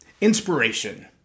inspiration